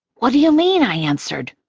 what do you mean? i answered.